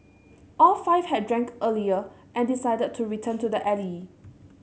all five had drank earlier and decided to return to the alley